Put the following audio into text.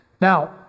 Now